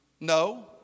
No